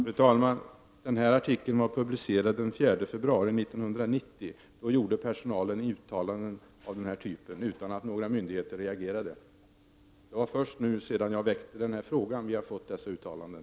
Fru talman! Den här artikeln var publicerad den 4 februari 1990. Då gjorde personalen uttalanden av den här typen utan att några myndigheter reagerade. Det är först sedan jag ställt denna fråga som vi fått dessa uttalanden.